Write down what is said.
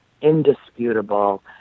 indisputable